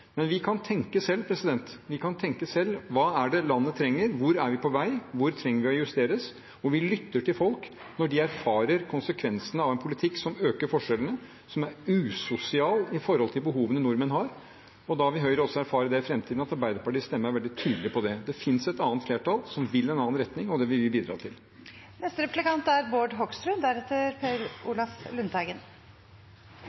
Men vi kan tenke selv: Hva trenger landet? Hvor er vi på vei? Hvor trenger vi å justere? Og vi lytter til folk når de erfarer konsekvensene av en politikk som øker forskjellene, som er usosial med tanke på de behovene nordmenn har. Høyre vil da også i fremtiden erfare at Arbeiderpartiets stemme er veldig tydelig på det. Det finnes et annet flertall som vil gå i en annen retning, og det vil vi bidra til. Det er